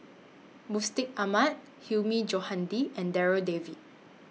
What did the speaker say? Mustaq Ahmad Hilmi Johandi and Darryl David